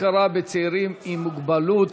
הכרה בצעירים עם מוגבלות